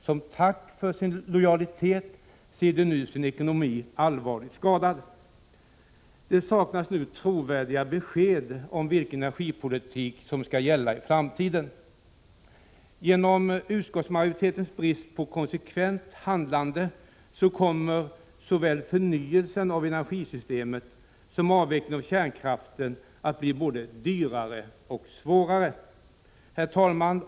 Som tack för sin lojalitet ser de nu sin ekonomi allvarligt skadad. Det saknas nu trovärdiga besked om vilken energipolitik som skall gälla i framtiden. Genom utskottsmajoritetens brist på konsekvent handlande kommer såväl förnyelsen av energisystemet som avvecklingen av kärnkraften att bli både dyrare och svårare. Herr talman!